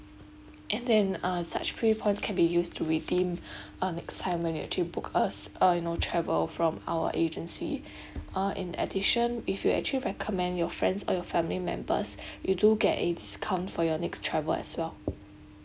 and then uh such free points can be used to redeem uh next time when you actually book us uh you know travel from our agency uh in addition if you actually recommend your friends or your family members you do get a discount for your next travel as well